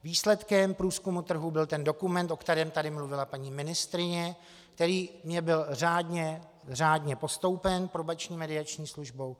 Výsledkem průzkumu trhu byl dokument, o kterém tady mluvila paní ministryně, který mně byl řádně postoupen Probační a mediační službou.